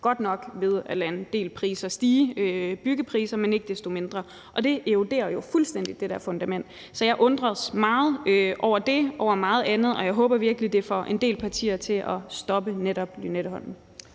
godt nok ved at lade en del byggepriser stige, men ikke desto mindre var det selvfinansierende. Men det her eroderer jo fuldstændig det fundament, så jeg undrer mig meget over det og over meget andet, og jeg håber virkelig, at det får en del partier til at stoppe netop Lynetteholmen.